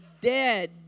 dead